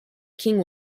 king